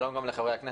שלום לכולם.